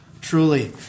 truly